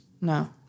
No